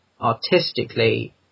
artistically